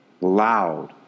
Loud